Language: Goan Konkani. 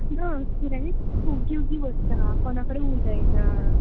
ना स्कुलांत ओग्गी ओग्गी बसता कोणा कडेन उलयना